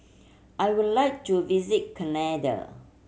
I would like to visit Canada